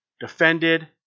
defended